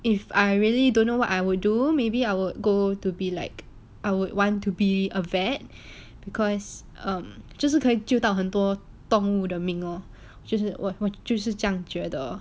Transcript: if I really don't know what I would do maybe I will go to be like I would want to be a vet because um 就是可以救到很多动物的命 lor 就是我我就是这样觉得